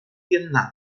vietnam